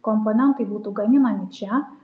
komponentai būtų gaminami čia